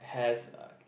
has a